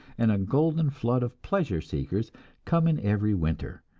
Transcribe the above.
and golden flood of pleasure-seekers come in every winter.